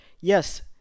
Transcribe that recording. yes